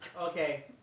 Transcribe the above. Okay